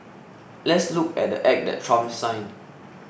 let's look at the Act that Trump signed